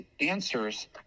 answers